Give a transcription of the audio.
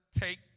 take